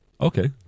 Okay